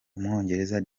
umwongereza